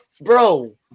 Bro